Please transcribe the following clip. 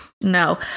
no